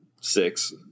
six